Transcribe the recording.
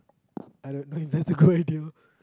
I got no intent to go with you